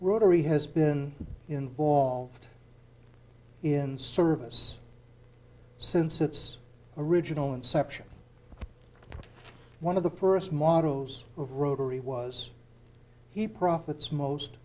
rotary has been involved in service since its original inception one of the first models of rotary was he profits most